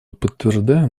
подтверждаем